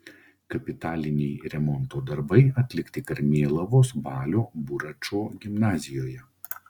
kapitaliniai remonto darbai atlikti karmėlavos balio buračo gimnazijoje